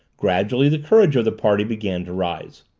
gradually the courage of the party began to rise.